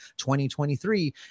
2023